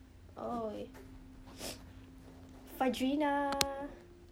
oh eh fadreena